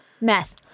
Meth